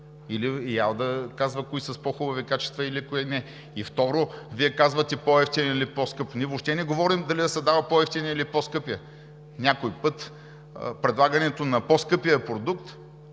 Или ИАЛ да казва кои са с по-хубави качества и кои не. И второ, Вие казвате: по-евтин или по-скъп. Ние въобще не говорим дали да се дава по-евтиния или по-скъпия. Някой път предлагането на по-скъпия продукт